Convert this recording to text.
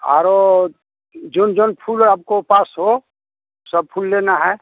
are वो जौन जौन फूल आपको पास हो सब फूल लेना है